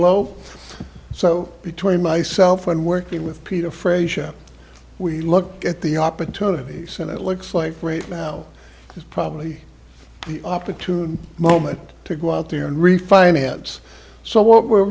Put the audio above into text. low so between myself and working with peter frazier we look at the opportunities and it looks like right now is probably the opportune moment to go out there and refinance so what we're